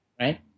right